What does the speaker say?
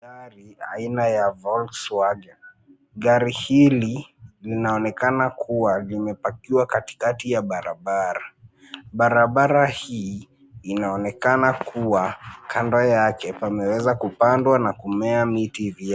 Gari aina ya Volkswagen , gari hili, linaonekana kuwa limepakiwa katikati ya barabara, barabara hii, inaonekana kuwa, kando yake pameweza kupandwa na kumea miti vyema.